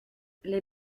les